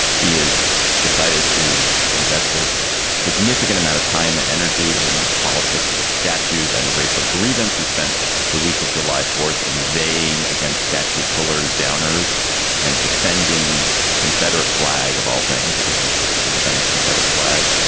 he has decided to invest a significant amount of time and energy in the politics of statues and racial grievance. he spent the week of july fourth in vain against statue pullers, downers and defending the confederate flag of all things, at least implicitly defending the confederate flag.